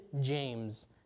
James